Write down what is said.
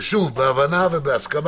בהבנה ובהסכמה.